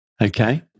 Okay